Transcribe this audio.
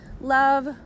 Love